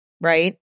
right